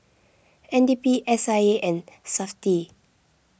N D P S I A and SAFTI